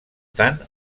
tant